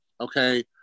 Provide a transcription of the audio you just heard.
okay